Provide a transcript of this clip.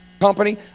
company